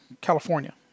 California